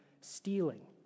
stealing